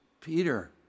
Peter